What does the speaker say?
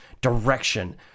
Direction